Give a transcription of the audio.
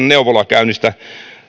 neuvolakäynnistä